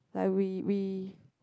like we we